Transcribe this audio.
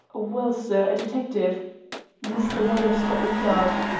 well, sir, a detective mr. white, of scotland yard.